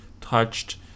touched